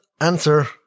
answer